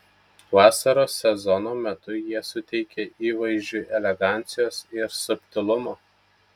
vasaros sezono metu jie suteikia įvaizdžiui elegancijos ir subtilumo